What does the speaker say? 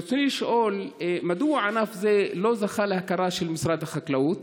רצוני לשאול: 1. מדוע ענף זה לא זכה להכרה של משרד החקלאות?